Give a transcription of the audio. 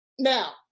Now